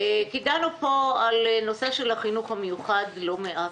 כי דנו פה בנושא של החינוך המיוחד לא מעט.